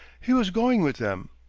he was going with them,